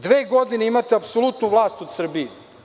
Dve godine imate apsolutnu vlast u Srbiji.